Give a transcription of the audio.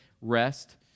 rest